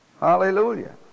Hallelujah